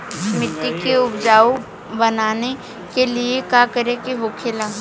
मिट्टी के उपजाऊ बनाने के लिए का करके होखेला?